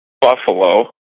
Buffalo